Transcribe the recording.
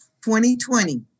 2020